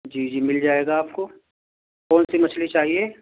جی جی مل جائے گا آپ کو کون سی مچھلی چاہیے